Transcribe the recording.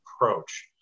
approach